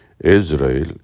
israel